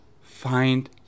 find